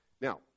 Now